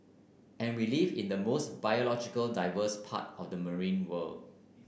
and we live in the most biological diverse part of the marine world